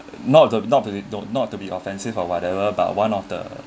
not th~ not th~ not to be offensive or whatever about one of the